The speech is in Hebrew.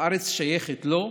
הארץ שייכת לו,